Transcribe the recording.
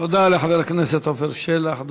תודה לחבר הכנסת עפר שלח.